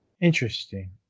Interesting